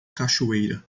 cachoeira